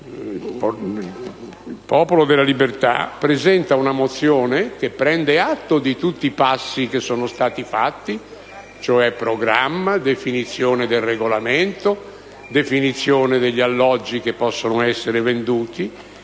del Popolo della Libertà presenta una mozione che prende atto di tutti i passi che sono stati fatti, quali il Programma e la definizione del regolamento e degli alloggi che possono essere venduti.